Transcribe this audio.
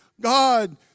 God